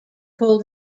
cul